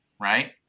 Right